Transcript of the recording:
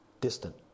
distant